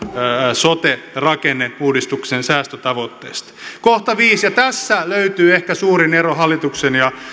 sote rakenneuudistuksen säästötavoitteesta kohta viisi ja tässä löytyy ehkä suurin ero hallituksen ja